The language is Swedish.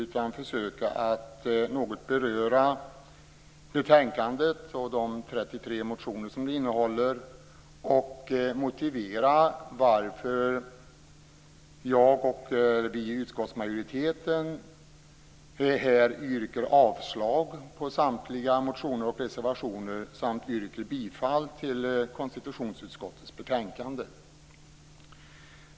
I stället skall jag något beröra betänkandet och de 33 motioner som där tas upp samt motivera varför vi i utskottsmajoriteten yrkar avslag på samtliga motioner och reservationer samt bifall till hemställan i konstitutionsutskottets betänkande.